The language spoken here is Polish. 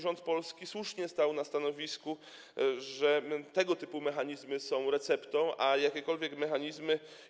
Rząd Polski słusznie stał na stanowisku, że tego typu mechanizmy są tu receptą, a jakiekolwiek mechanizmy.